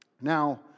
Now